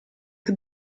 che